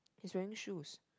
he's wearing shoes